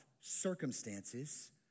circumstances